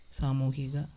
സാമൂഹിക